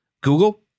Google